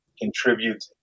contribute